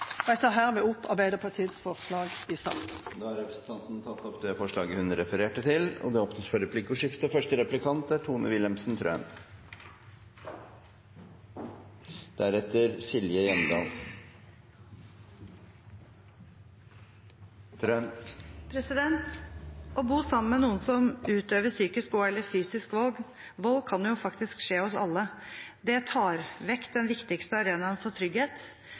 Jeg tar herved opp Arbeiderpartiets forslag i sak nr. 5. Representanten Kari Henriksen har tatt opp de forslagene hun refererte til. Det blir replikkordskifte. Å bo sammen med noen som utøver psykisk og/eller fysisk vold, kan skje oss alle. Det tar vekk den viktigste arenaen for trygghet